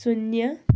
शून्य